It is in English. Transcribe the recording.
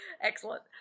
excellent